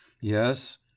yes